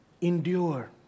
Endure